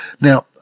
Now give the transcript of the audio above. Now